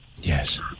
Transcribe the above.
Yes